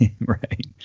right